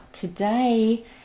today